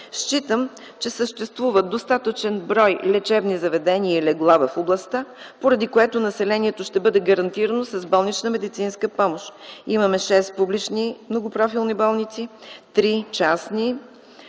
считам, че съществуват достатъчен брой лечебни заведения и легла в областта, поради което населението ще бъде гарантирано с болнична медицинска помощ. Имаме 6 публични многопрофилни болници, 3 частни